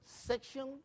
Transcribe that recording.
section